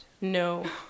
no